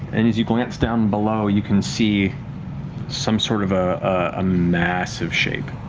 and as you glance down below, you can see some sort of a massive shape.